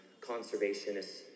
conservationists